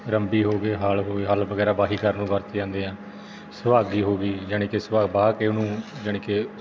ਰੰਭੀ ਹੋ ਗਏ ਹਲ ਹੋਏ ਹੱਲ ਵਗੈਰਾ ਵਾਹੀ ਕਰਨ ਨੂੰ ਵਰਤੇ ਜਾਂਦੇ ਆ ਸੁਹਾਗੀ ਹੋ ਗਈ ਜਾਨੀ ਕਿ ਸੁਹਾਗਾ ਵਾਹ ਕੇ ਉਹਨੂੰ ਜਾਨੀ ਕਿ